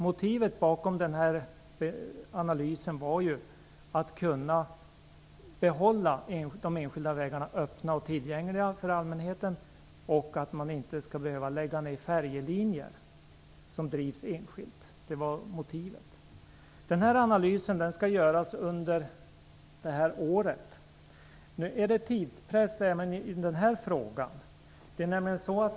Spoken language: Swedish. Motivet till denna analys var önskemålet att kunna behålla de enskilda vägarna öppna och tillgängliga för allmänheten och att man inte skall behöva lägga ned färjelinjer som drivs enskilt. Analysen skall göras under detta år. Det föreligger en tidspress även i den här frågan.